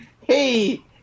hey